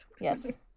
Yes